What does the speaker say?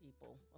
people